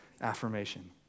affirmation